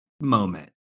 moment